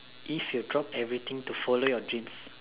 if you drop everything to follow your dream